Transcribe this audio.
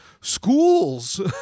schools